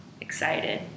excited